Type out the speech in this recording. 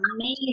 amazing